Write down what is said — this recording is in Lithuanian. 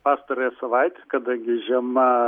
pastarąją savaitę kadangi žiema